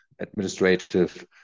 administrative